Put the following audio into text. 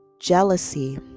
Jealousy